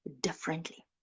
differently